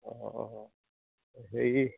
অঁ অঁ হেৰি